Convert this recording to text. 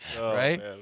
right